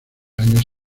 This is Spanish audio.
años